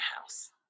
house